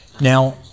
Now